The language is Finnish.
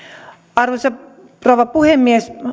arvoisa rouva puhemies